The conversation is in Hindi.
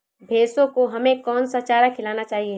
भैंसों को हमें कौन सा चारा खिलाना चाहिए?